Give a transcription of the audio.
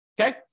okay